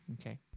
Okay